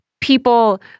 people